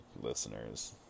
listeners